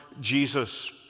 Jesus